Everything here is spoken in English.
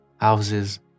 houses